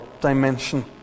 dimension